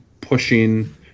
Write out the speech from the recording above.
pushing